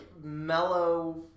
mellow